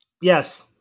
Yes